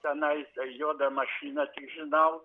tenai tai juoda mašina tik žinau